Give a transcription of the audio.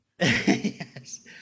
Yes